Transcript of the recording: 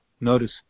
notice